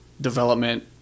development